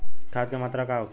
खाध के मात्रा का होखे?